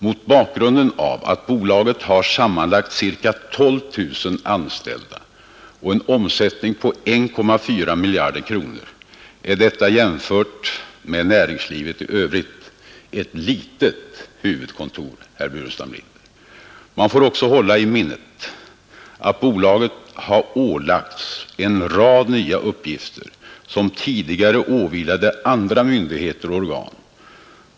Mot bakgrunden av att bolaget har sammanlagt ca 12 000 anställda och en omsättning på 1,4 miljarder kronor är detta, jämfört med näringslivet i övrigt, ett litet huvudkontor. Man bör också hålla i minnet att bolaget har ålagts en rad nya uppgifter som tidigare åvilade andra myndigheter och organ.